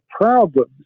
problems